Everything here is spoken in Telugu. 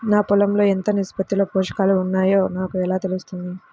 నా పొలం లో ఎంత నిష్పత్తిలో పోషకాలు వున్నాయో నాకు ఎలా తెలుస్తుంది?